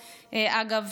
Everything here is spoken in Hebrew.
אגב,